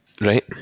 Right